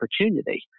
opportunity